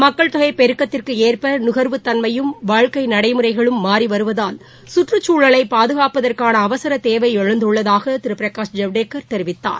மக்கள் தொகை பெருக்கத்திற்கு ஏற்ப நுகர்வு தன்மையும் வாழ்க்கை நடைமுறைகளும் மாறி வருவதால் கற்றுச்சூழலை பாதுகாப்பதற்கான அவசர தேவை எழுந்துள்ளதாக திரு பிரகாஷ் ஜவடேக்கர் தெரிவித்தார்